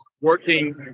working